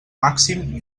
màxim